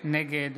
נגד